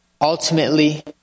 ultimately